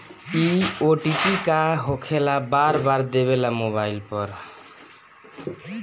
इ ओ.टी.पी का होकेला बार बार देवेला मोबाइल पर?